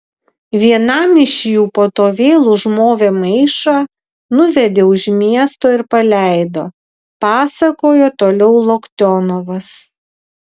vienam iš jų po to vėl užmovė maišą nuvedė už miesto ir paleido pasakojo toliau loktionovas